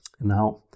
Now